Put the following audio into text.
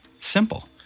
Simple